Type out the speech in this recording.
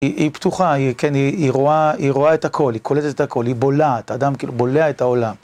היא פתוחה, היא... כן, היא רואה, היא רואה את הכול, היא קולטת את הכול, היא בולעת, האדם כאילו בולע את העולם.